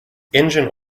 engine